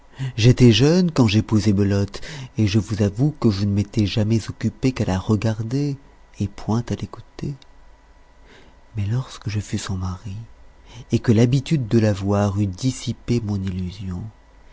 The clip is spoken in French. j'étais jeune quand j'épousai belote et je vous avoue que je ne m'était jamais occupé qu'à la regarder et point à l'écouter mais lorsque je fus son mari et que l'habitude de la voir eut dissipé mon illusion